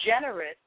generous